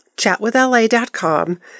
chatwithla.com